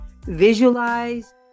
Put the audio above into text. Visualize